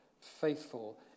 faithful